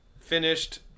finished